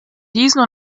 diesen